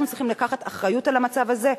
אנחנו צריכים לקחת אחריות על המצב הזה,